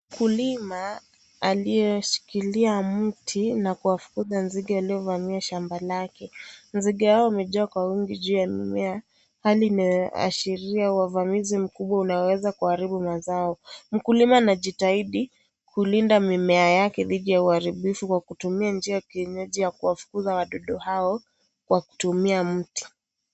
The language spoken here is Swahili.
Mkulima aliyeshikilia mti na kuwafukuza nzige waliovamia shamba lake ,nzige hao wamejaa kwa wingi juu ya mimea hali inayoashiria uvamizi mkubwa unaweza kuharibu mazao, mkulima anajitahidi kulinda mimea yake dhidi ya uharibifu kwa kutumia njia ya kienyeji ya kuwafukuza wadudu hao kwa kutumia mti.